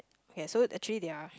okay so actually there are